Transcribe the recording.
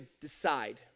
decide